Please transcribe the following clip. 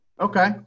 Okay